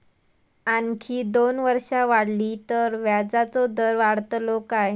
आणखी दोन वर्षा वाढली तर व्याजाचो दर वाढतलो काय?